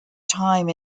time